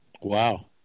Wow